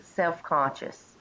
self-conscious